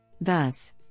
Thus